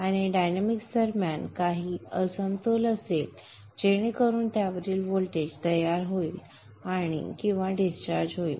आणि डायनॅमिक्स दरम्यान संदर्भ वेळ 2517 काही असमतोल असेल जेणेकरून त्यावरील व्होल्टेज तयार होईल किंवा डिस्चार्ज होईल